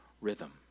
rhythm